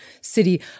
city